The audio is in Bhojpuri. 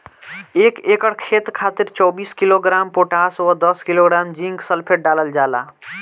एक एकड़ खेत खातिर चौबीस किलोग्राम पोटाश व दस किलोग्राम जिंक सल्फेट डालल जाला?